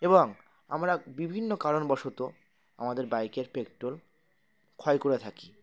এবং আমরা বিভিন্ন কারণবশত আমাদের বাইকের পেট্রোল ক্ষয় করে থাকি